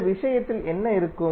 இந்த விஷயத்தில் என்ன இருக்கும்